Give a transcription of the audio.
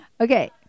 Okay